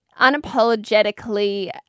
unapologetically